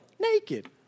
naked